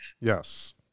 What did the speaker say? Yes